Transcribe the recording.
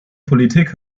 politik